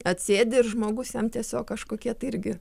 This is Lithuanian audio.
atsėdi ir žmogus jam tiesiog kažkokie tai irgi